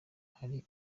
hari